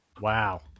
wow